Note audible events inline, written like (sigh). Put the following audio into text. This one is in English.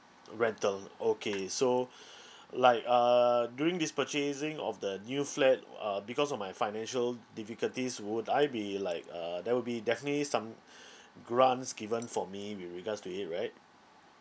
rental okay so (breath) like uh during this purchasing of the new flat uh because of my financial difficulties would I be like uh there will be definitely some (breath) grants given for me with regards to it right